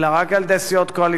אלא רק על-ידי סיעות קואליציוניות,